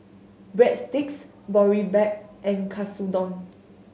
Breadsticks Boribap and Katsudon